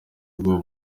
ubwoba